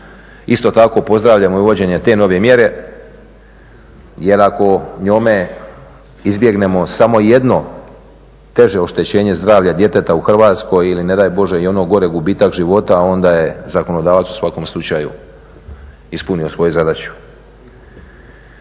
Isto tako pozdravljamo i uvođenje te nove mjere jer ako njome izbjegnemo samo jedno teže oštećenje zdravlja djeteta u Hrvatskoj ili ne daj Bože i ono gore gubitak života onda je zakonodavac u svakom slučaju ispunio svoju zadaću.